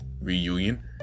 reunion